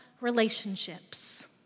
relationships